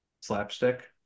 slapstick